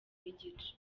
n’igice